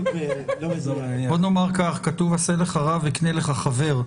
בוא נאמר כך, כתוב: עשה לך רב וקנה לך חבר.